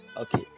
Okay